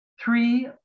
three